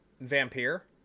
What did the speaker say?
vampire